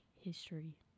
history